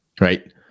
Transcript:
Right